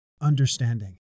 understanding